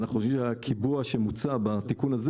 ואנחנו חושבים שהקיבוע המוצע בתיקון הזה